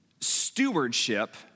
stewardship